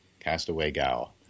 CastawayGal